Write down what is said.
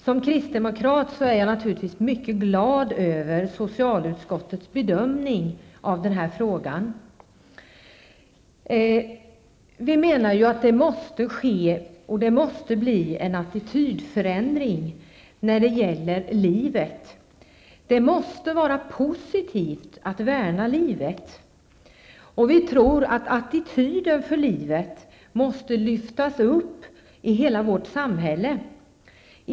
Som kristdemokrat är jag naturligtvis mycket glad över socialutskottets bedömning av frågan. Vi menar att det måste bli en attitydförändring när det gäller livet. Det måste vara positivt att värna livet. Vi tror att attityden för livet måste lyftas upp i hela vårt samhälle.